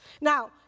Now